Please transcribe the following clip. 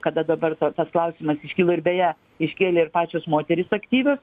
kada dabar ta tas klausimas iškilo ir beje iškėlė ir pačios moterys aktyvios